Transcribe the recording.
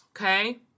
Okay